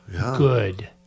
good